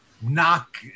knock